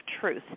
Truth